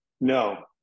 No